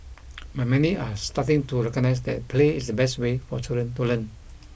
but many are starting to recognise that play is the best way for children to learn